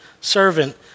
servant